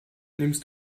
nimmst